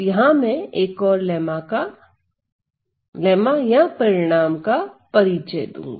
यह में एक और लेम्मा या परिणाम का परिचय दूंगा